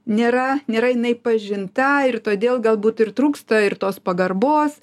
nėra nėra jinai pažinta ir todėl galbūt ir trūksta ir tos pagarbos